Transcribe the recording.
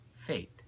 Faith